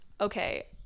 okay